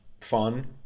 fun